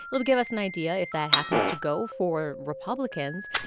it'll give us an idea if that happens to go for republicans,